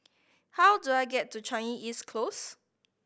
how do I get to Changi East Close